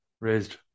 raised